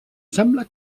sembla